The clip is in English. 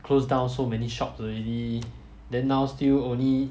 closed down so many shops already then now still only